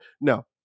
No